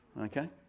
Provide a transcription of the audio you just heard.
okay